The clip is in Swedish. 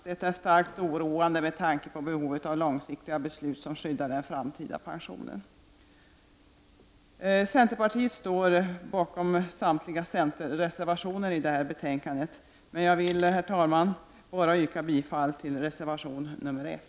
Detta är starkt oroande med tanke på behovet av långsiktiga beslut som skyddar den framtida pensionen. Centerpartiet står bakom samtliga centerreservationer till detta betänkande, men jag vill, herr talman, bara yrka bifall till reservation nr 1.